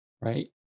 right